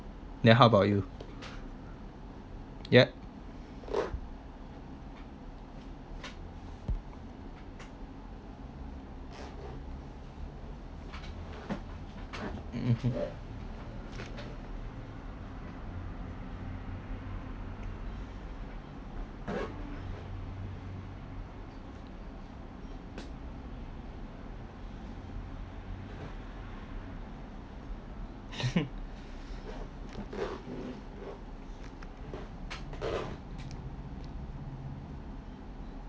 then how about you yup mmhmm